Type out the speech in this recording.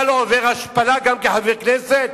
אתה לא עובר השפלה כחבר כנסת?